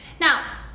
now